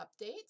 update